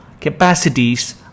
capacities